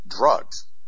drugs